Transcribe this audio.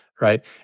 right